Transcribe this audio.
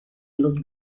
los